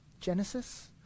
Genesis